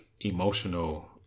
emotional